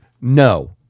no